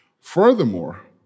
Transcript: Furthermore